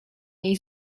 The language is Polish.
jej